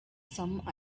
some